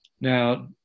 Now